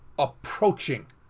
approaching